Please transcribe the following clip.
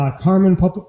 Carmen